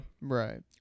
Right